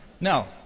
No